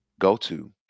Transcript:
go-to